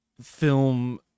film